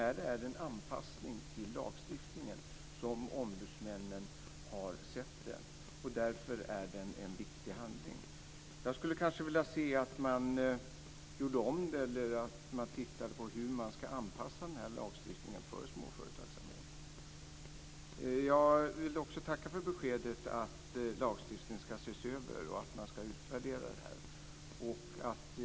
Det är en anpassning till lagstiftningen som ombudsmännen har sett det, och därför är den en viktig handling. Jag skulle vilja se att man gjorde om den eller tittade på hur man skall anpassa lagstiftningen för småföretagsamhet. Jag vill också tacka för beskedet att lagstiftningen ska ses över och att man ska utvärdera detta.